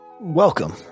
welcome